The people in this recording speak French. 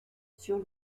sur